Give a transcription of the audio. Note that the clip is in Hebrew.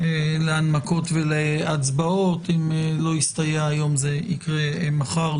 להנמקות ולהצבעות .אם לא יסתייע היום זה יקרה מחר,